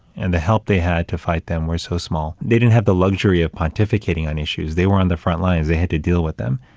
and the help they had to fight them were so small, they didn't have the luxury of pontificating on issues they were on the frontlines, they had to deal with them.